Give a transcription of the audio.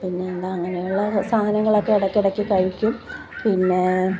പിന്നെ എന്താ അങ്ങനെയുള്ള സാധനങ്ങളൊക്കെ ഇടയ്ക്കിടയ്ക്ക് കഴിക്കും പിന്നേ